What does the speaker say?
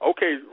Okay